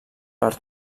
per